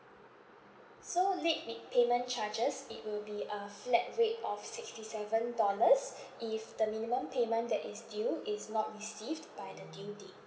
so late m~ payment charges it will be a flat rate of sixty seven dollars if the minimum payment that is due is not received by the due date